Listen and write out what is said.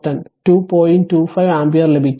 25 ampere ലഭിക്കും